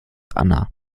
anna